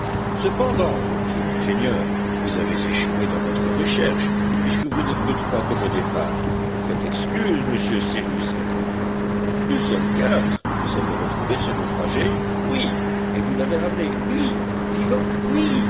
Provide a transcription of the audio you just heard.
cependant reprit l'ingénieur vous avez échoué dans votre recherche puisque vous n'êtes que trois comme au départ faites excuse monsieur cyrus répondit le marin nous sommes quatre vous avez retrouvé ce naufragé oui et vous l'avez ramené oui vivant oui